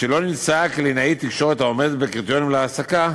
משלא נמצאה קלינאית תקשורת העומדת בקריטריונים להעסקה,